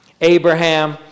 Abraham